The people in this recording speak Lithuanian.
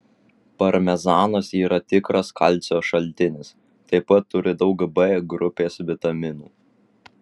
parmezanas yra tikras kalcio šaltinis taip pat turi daug b grupės vitaminų